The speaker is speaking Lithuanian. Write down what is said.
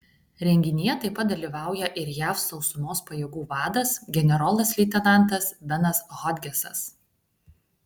renginyje taip pat dalyvauja ir jav sausumos pajėgų vadas generolas leitenantas benas hodgesas